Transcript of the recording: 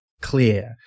clear